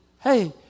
hey